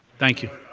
thank you.